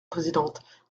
présidente